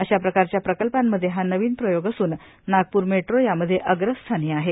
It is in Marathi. अश्या प्रकारच्या प्रकल्पांमध्ये हा नवीन प्रयोग असून नागपूर मेट्रो यामध्ये अग्रस्थानी आहे